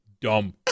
dumb